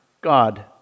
God